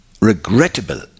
regrettable